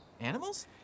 Animals